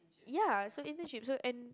ya so internship so and